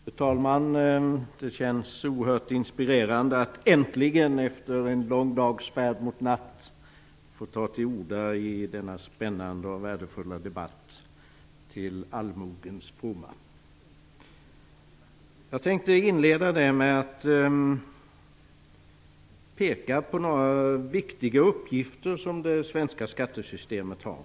Fru talman! Det känns oerhört inspirerande att efter en lång dags färd mot natt få ta till orda i denna spännande och värdefulla debatt till allmogens fromma. Jag tänkte inleda med att peka på några viktiga uppgifter som det svenska skattesystemet har.